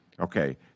Okay